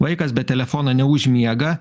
vaikas be telefono neužmiega